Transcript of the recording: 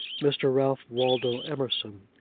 mr. ralph waldo emerson.